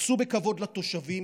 התייחסו בכבוד לתושבים,